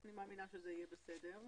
אני מאמינה שזה יהיה בסדר.